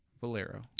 Valero